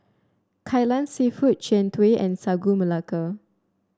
Kai Lan seafood Jian Dui and Sagu Melaka